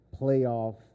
playoff